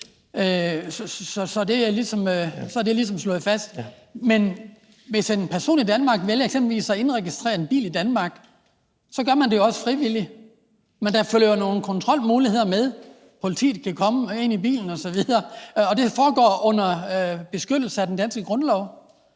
Så er det ligesom slået fast. Men hvis en person i Danmark vælger eksempelvis at indregistrere en bil i Danmark, så gør man det også frivilligt, men der følger jo nogle kontrolmuligheder med – politiet kan komme ind i bilen osv. Og det foregår under beskyttelse af den danske grundlov.